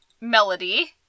Melody